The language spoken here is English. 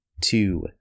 two